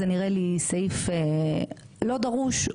זה נראה לי סעיף לא דרוש,